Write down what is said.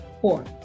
Four